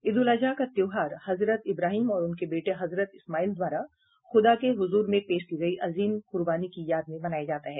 ईद उल अजहा का त्योहार हजरत इब्राहिम और उनके बेटे हजरत इस्माइल द्वारा खुदा के हुजूर में पेश की गयी अजीम कुर्बानी की याद में मनाया जाता है